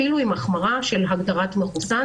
אפילו עם החמרה של הגדרת מחוסן.